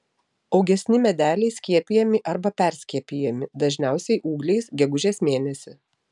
augesni medeliai skiepijami arba perskiepijami dažniausiai ūgliais gegužės mėnesį